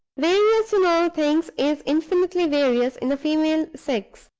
various in all things, is infinitely various in the female sex.